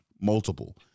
multiple